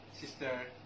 Sister